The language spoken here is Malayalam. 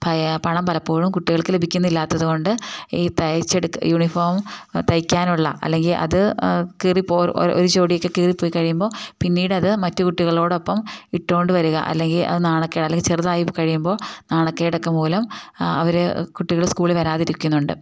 പണം പലപ്പോഴും കുട്ടികൾക്ക് ലഭിക്കുന്നില്ലാത്തത് കൊണ്ട് ഈ തയ്ച്ചെടുത്ത യൂണിഫോം തയ്ക്കാനുള്ള അല്ലെങ്കിൽ അത് ഒരു ജോഡിയൊക്കെ കീറിപ്പോയി കഴിയുമ്പോൾ പിന്നീട് അത് മറ്റു കുട്ടികളോടൊപ്പം ഇട്ടു കൊണ്ട് വരിക അല്ലെങ്കിൽ അത് നാണക്കേട് അല്ലെങ്കിൽ ചെറുതായി കഴിയുമ്പോൾ നാണക്കേടൊക്കെ മൂലം അവർ കുട്ടികൾ സ്കൂളിൽ വരാതിരിക്കുന്നുണ്ട്